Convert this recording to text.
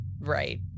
right